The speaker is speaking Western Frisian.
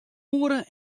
oere